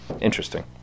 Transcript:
interesting